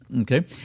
Okay